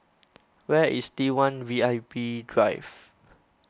where is T one V I P Drive